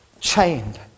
chained